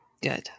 Good